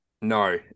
No